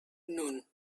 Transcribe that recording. noon